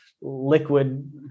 liquid